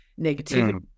negativity